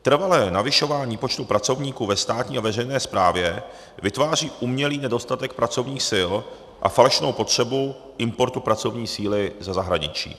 Trvalé navyšování počtu pracovníků ve státní a veřejné správě vytváří umělý nedostatek pracovních sil a falešnou potřebu importu pracovní síly ze zahraničí.